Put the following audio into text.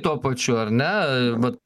tuo pačiu ar ne va